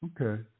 Okay